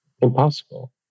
impossible